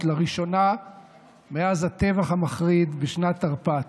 לראשונה מאז הטבח המחריד בשנת תרפ"ט.